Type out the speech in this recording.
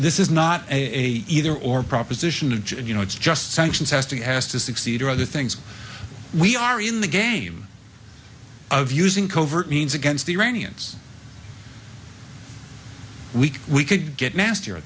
this is not a either or proposition a just you know it's just sanctions has to be has to succeed or other things we are in the game of using covert means against the iranians week we could get nast